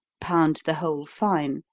pound the whole fine,